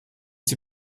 sie